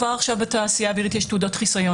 כבר עכשיו בתעשייה האווירית יש תעודות חיסיון